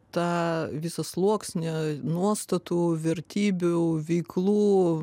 tą visą sluoksnį nuostatų vertybių veiklų